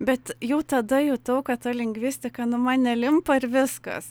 bet jau tada jutau kad ta lingvistika nu man nelimpa ir viskas